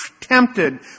tempted